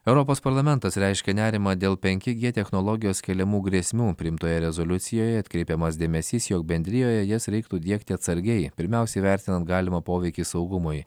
europos parlamentas reiškia nerimą dėl penki g technologijos keliamų grėsmių priimtoje rezoliucijoje atkreipiamas dėmesys jog bendrijoje jas reiktų diegti atsargiai pirmiausia įvertinant galimą poveikį saugumui